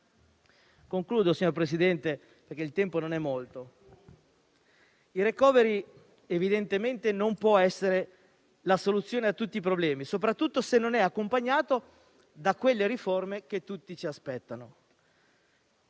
Concludo perché il tempo non è molto. Il *recovery plan* evidentemente non può essere la soluzione a tutti i problemi, soprattutto se non è accompagnato dalle riforme che tutti si aspettano.